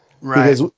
Right